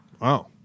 Wow